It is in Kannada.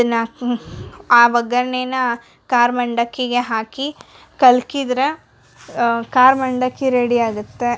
ಅದನ್ನ ಒಗ್ಗರ್ಣೆನ ಖಾರ ಮಂಡಕ್ಕಿಗೆ ಹಾಕಿ ಕಲ್ಕಿದ್ರ ಖಾರ ಮಂಡಕ್ಕಿ ರೆಡಿ ಆಗತ್ತೆ